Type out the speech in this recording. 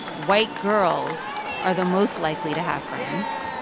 white girls are the most likely to have friends,